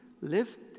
lift